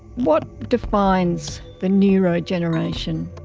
what defines the neurogeneration?